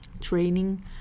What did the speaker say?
training